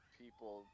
people